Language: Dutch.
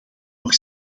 nog